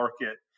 market